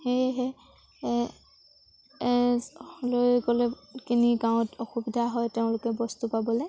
সেয়েহে লৈ গ'লে কিনি গাঁৱত অসুবিধা হয় তেওঁলোকে বস্তু পাবলৈ